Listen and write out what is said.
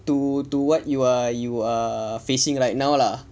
to do what you are you are facing right now lah